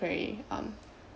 very um